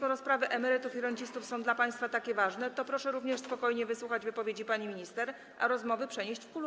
Jeśli sprawy emerytów i rencistów są dla państwa takie ważne, to proszę również spokojnie wysłuchać wypowiedzi pani minister, a rozmowy przenieść w kuluary.